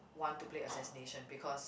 want to play assassination because